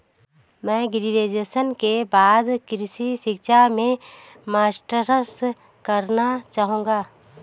मैं ग्रेजुएशन के बाद कृषि शिक्षा में मास्टर्स करना चाहूंगा